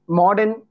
modern